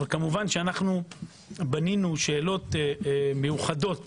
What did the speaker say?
כמובן בנינו שאלות מיוחדות